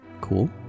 Cool